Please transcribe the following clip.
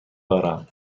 دارم